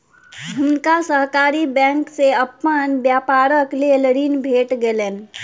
हुनका सहकारी बैंक से अपन व्यापारक लेल ऋण भेट गेलैन